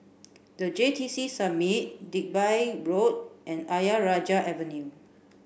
the J T C Summit Digby Road and Ayer Rajah Avenue